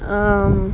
um